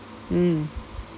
mm